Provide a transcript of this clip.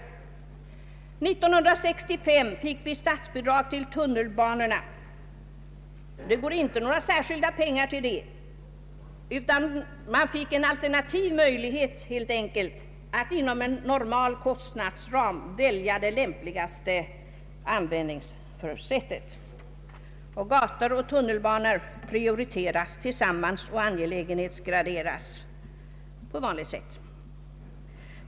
År 1965 fick vi statsbidrag till tunnelbanorna. Några särskilda pengar går inte till detta ändamål, utan man fick helt enkelt en alternativ möjlighet att inom en normal kostnadsram välja det lämpligaste användningssättet. Gator och tunnelbanor prioriteras tillsammans och angelägenhetsgraderas på vanligt sätt.